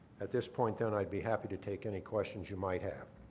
at this point then, i'd be happy to take any questions you might have.